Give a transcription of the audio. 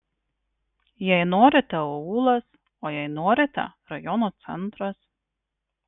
jei norite aūlas o jei norite rajono centras